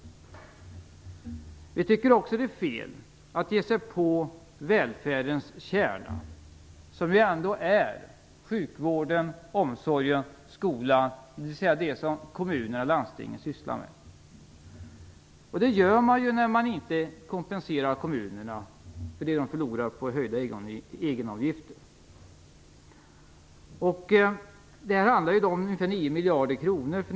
Vi tycker också att det är fel att ge sig på välfärdens kärna som ju ändå är sjukvården, omsorgen och skolan, dvs. det som kommuner och landsting sysslar med. Det gör man ju när man inte kompenserar kommunerna för det som de förlorar genom höjda egenavgifter. För det närmaste budgetåret handlar det om 9 miljarder kronor.